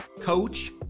coach